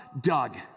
Doug